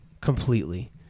Completely